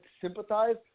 sympathize